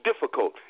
difficult